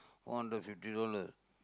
four hundred fifty dollar